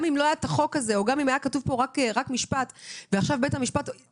גם אם לא יהיה כתוב משפט אחד בחוק הזה,